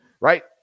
right